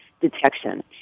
detection